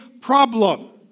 problem